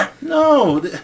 No